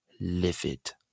livid